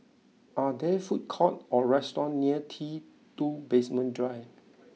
are there food courts or restaurants near T two Basement Drive